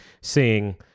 seeing